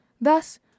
Thus